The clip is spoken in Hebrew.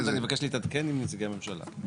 רק אני מבקש להתעדכן עם נציגי הממשלה.